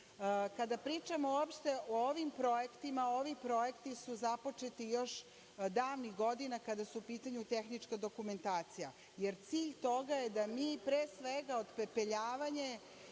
pričamo uopšte o ovim projektima, ovi projekti su započeti još davnih godina kada je u pitanju tehnička dokumentacija, jer cilj toga je da mi pre svega otpepeljavanje